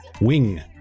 wing